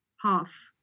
half